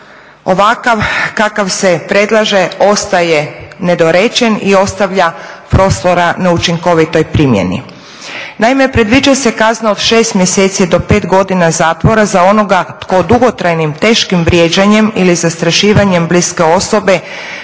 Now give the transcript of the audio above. ovakav kakav se predlaže ostaje nedorečen i ostavlja prostora neučinkovitoj primjeni. Naime, predviđa se kazna od 6 mjeseci do 5 godina zatvora tko dugotrajnim, teškim vrijeđanjem ili zastrašivanjem bliske osobe